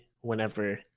whenever